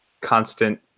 constant